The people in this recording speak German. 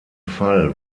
fall